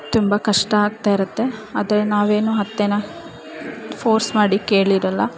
ತುಂಬ ಕಷ್ಟ ಆಗ್ತಾಯಿರುತ್ತೆ ಆದರೆ ನಾವೇನು ಅತ್ತೆನ ಫೋರ್ಸ್ ಮಾಡಿ ಕೇಳಿರೋಲ್ಲ